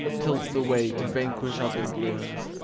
tilts away to vanquish other blooms.